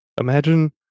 Imagine